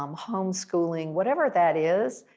um home-schooling whatever that is,